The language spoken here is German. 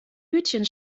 hütchen